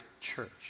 church